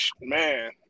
Man